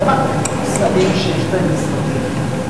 לא רק שרים שיש להם משרדים,